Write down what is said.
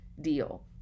deal